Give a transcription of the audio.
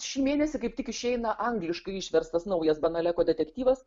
šį mėnesį kaip tik išeina angliškai išverstas naujas banaleko detektyvas